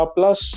Plus